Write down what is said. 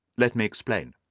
let me explain.